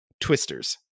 Twisters